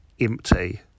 empty